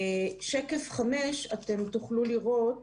בשקף 5 תוכלו לראות